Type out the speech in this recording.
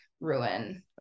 ruin